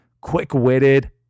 Quick-witted